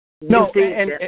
No